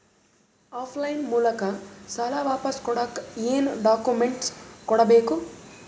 Of line ಮೂಲಕ ಸಾಲ ವಾಪಸ್ ಕೊಡಕ್ ಏನು ಡಾಕ್ಯೂಮೆಂಟ್ಸ್ ಕೊಡಬೇಕು?